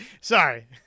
Sorry